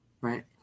Right